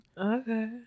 okay